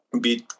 bit